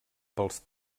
pels